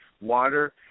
water